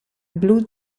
blue